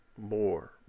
more